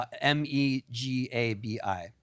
M-E-G-A-B-I